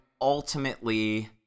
ultimately